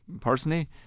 personally